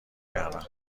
کردم